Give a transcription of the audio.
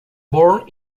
born